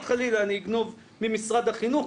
חלילה אני אגנוב ממשרד החינוך,